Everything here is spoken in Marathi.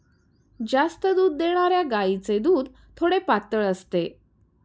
जास्त दूध देणाऱ्या गायीचे दूध थोडे पातळ असते